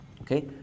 Okay